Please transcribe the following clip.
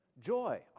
Joy